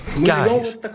Guys